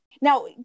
Now